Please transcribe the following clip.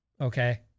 okay